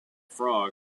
frog